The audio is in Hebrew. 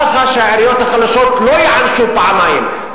ככה שהעיריות החלשות לא ייענשו פעמיים,